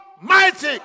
almighty